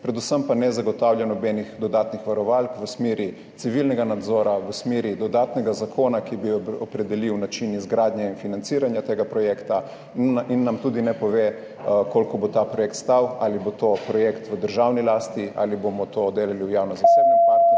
predvsem pa ne zagotavlja nobenih dodatnih varovalk v smeri civilnega nadzora, v smeri dodatnega zakona, ki bi opredelil način izgradnje in financiranja tega projekta, in nam tudi ne pove, koliko bo ta projekt stal, ali bo to projekt v državni lasti ali bomo to delali v javno-zasebnem partnerstvu,